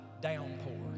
Downpour